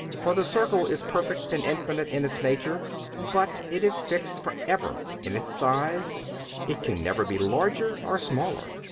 for the circle is perfect and infinite in its nature but it is fixed for ever in its size it can never be larger or smaller.